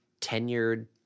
tenured